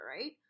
right